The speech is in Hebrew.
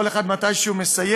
כל אחד מתי שהוא מסיים,